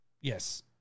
Yes